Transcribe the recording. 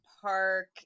Park